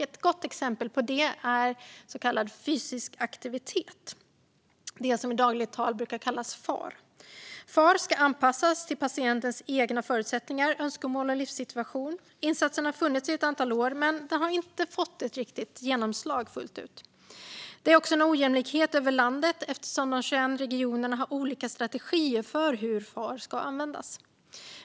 Ett gott exempel på detta är så kallad fysisk aktivitet på recept, det som i dagligt tal brukar kallas FaR. FaR ska anpassas till patientens egna förutsättningar, önskemål och livssituation. Insatsen har funnits i ett antal år men har inte fått genomslag fullt ut. Det råder också en ojämlikhet över landet eftersom de 21 regionerna har olika strategier för hur FaR ska användas.